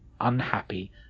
unhappy